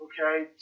okay